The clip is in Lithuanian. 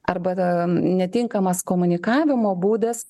arba ta netinkamas komunikavimo būdas